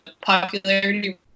popularity